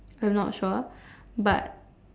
I'm not sure but